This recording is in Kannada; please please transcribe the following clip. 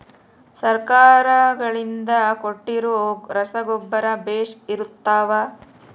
ಸರ್ಕಾರಗಳಿಂದ ಕೊಟ್ಟಿರೊ ರಸಗೊಬ್ಬರ ಬೇಷ್ ಇರುತ್ತವಾ?